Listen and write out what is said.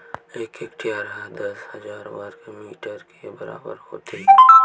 एक हेक्टेअर हा दस हजार वर्ग मीटर के बराबर होथे